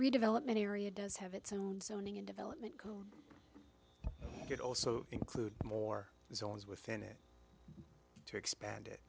redevelopment area does have its own zoning and development can get also include more zones within it to expand it